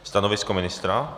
Stanovisko ministra?